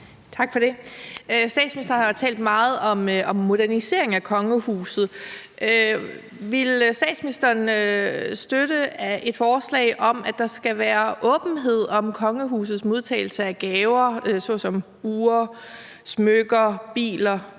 Tak for det. Statsministeren har jo talt meget om en modernisering af kongehuset. Ville statsministeren støtte et forslag om, at der skal være en åbenhed om kongehusets modtagelse af gaver såsom ure, smykker, biler,